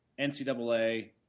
NCAA